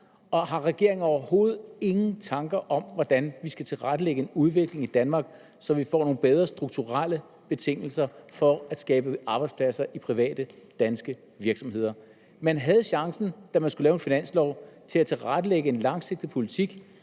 og har regeringen overhovedet ingen tanker om, hvordan vi skal tilrettelægge en udvikling i Danmark, så vi får nogle bedre strukturelle betingelser for at skabe arbejdspladser i private danske virksomheder? Man havde chancen, da man skulle lave en finanslov, for at tilrettelægge en langsigtet politik,